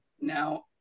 now